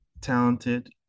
talented